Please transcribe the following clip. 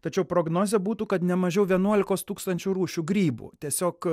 tačiau prognozė būtų kad ne mažiau vienuolikos tūkstančių rūšių grybų tiesiog